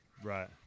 Right